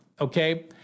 okay